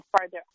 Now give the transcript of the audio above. further